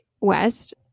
West